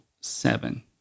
seven